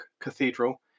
Cathedral